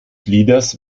flieders